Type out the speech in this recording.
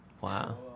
wow